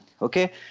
Okay